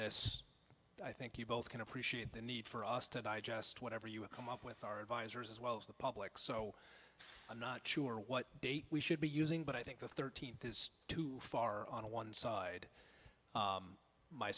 this i think you both can appreciate the need for us to digest whatever you come up with our advisors as well as the public so i'm not sure what date we should be using but i think the thirteenth is too far on one side